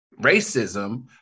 racism